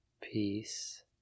peace